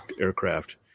aircraft